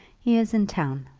he is in town.